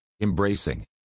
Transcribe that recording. embracing